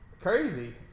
crazy